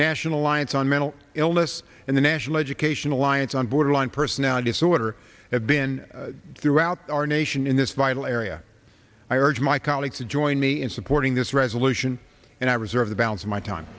national alliance on mental illness and the national education alliance on borderline personality disorder have been throughout our nation in this vital area i urge my colleagues to join me in supporting this resolution and i reserve the balance of my time